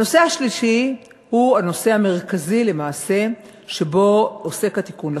הנושא השלישי הוא הנושא המרכזי שבו עוסק התיקון לחוק.